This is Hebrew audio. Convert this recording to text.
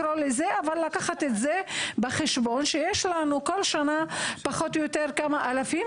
ולקחת בחשבון שיש לנו כל שנה כמה אלפים